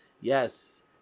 Yes